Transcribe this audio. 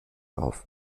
auf